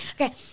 okay